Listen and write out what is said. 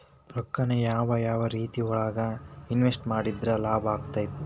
ರೊಕ್ಕಾನ ಯಾವ ಯಾವ ರೇತಿಯೊಳಗ ಇನ್ವೆಸ್ಟ್ ಮಾಡಿದ್ರ ಲಾಭಾಕ್ಕೆತಿ?